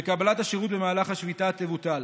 בקבלת השירות במהלך השביתה, תבוטל.